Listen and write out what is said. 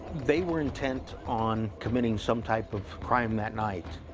they were intent on committing some type of crime that night.